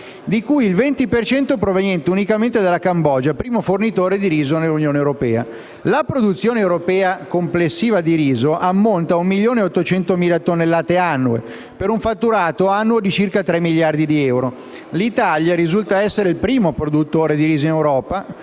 di cui il 20 per cento proveniente unicamente dalla Cambogia, primo fornitore di riso dell'Unione europea. La produzione europea di riso ammonta a 1,8 milioni di tonnellate annue per un fatturato annuo di circa 3 miliardi di euro. L'Italia, primo produttore di riso in Europa,